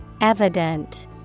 Evident